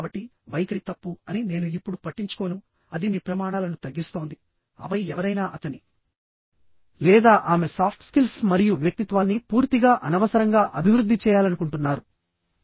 కాబట్టి వైఖరి తప్పు అని నేను ఇప్పుడు పట్టించుకోను అది మీ ప్రమాణాలను తగ్గిస్తోంది ఆపై ఎవరైనా అతని లేదా ఆమె సాఫ్ట్ స్కిల్స్ మరియు వ్యక్తిత్వాన్ని పూర్తిగా అనవసరంగా అభివృద్ధి చేయాలనుకుంటున్నారు